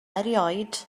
erioed